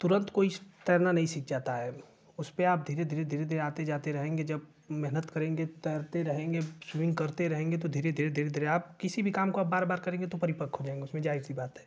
तुरन्त कोई तैरना नहीं सीख जाता उसपर आप धीरे धीरे धीरे धीरे आते जाते रहेंगे जब मेहनत करेंगे तैरते रहेंगे स्विमिन्ग करते रहेंगे तो धीरे धीरे धीरे धीरे आप किसी भी काम को आप बार बार करेंगे तो परिपक्व हो जाएँगे फिर ज़ाहिर सी बात है